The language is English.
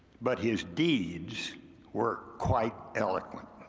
but his deeds were quiet eloquent.